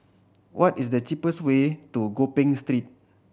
what is the cheapest way to Gopeng Street